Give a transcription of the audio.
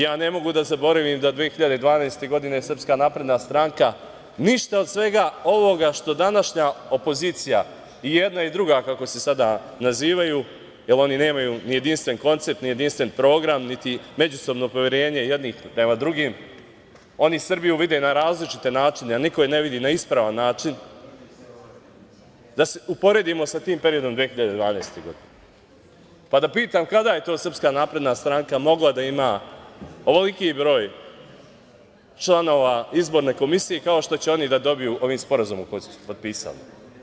Ja ne mogu da zaboravim da 2012. godine SNS ništa od svega ovoga što današnja opozicija i jedna i druga, kako se sada nazivaju, jer oni nemaju ni jedinstven koncept, ni jedinstven program, niti međusobno poverenje jednih prema drugim, oni Srbiju vide na različite načine, niko je ne vidi na ispravan način, da se uporedimo sa tim periodom 2012. godine, pa da pitam - kada je to SNS mogla da ima ovoliki broj članova izborne komisije, kao što će oni da dobiju ovim sporazumom koji su potpisali?